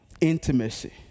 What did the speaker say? Intimacy